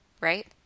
right